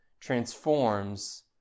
transforms